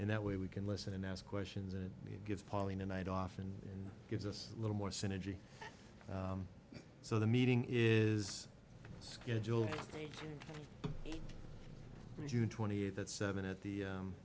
and that way we can listen and ask questions and it gives pauline a night off and gives us a little more synergy so the meeting is scheduled for june twenty eighth at seven at the